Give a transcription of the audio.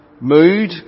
mood